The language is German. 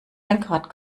lenkrad